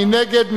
מי נגד?